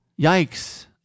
yikes